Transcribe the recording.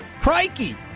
crikey